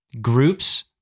groups